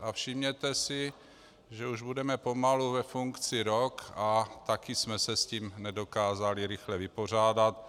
A všimněte si, že už budeme pomalu ve funkci rok, a také jsme se s tím nedokázali rychle vypořádat.